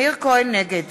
נגד